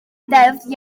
deddf